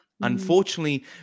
Unfortunately